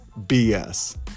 BS